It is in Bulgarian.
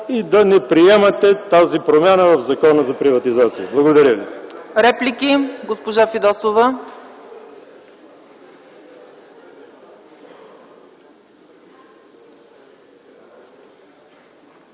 и да не приемате тази промяна в Закона за приватизация! Благодаря ви.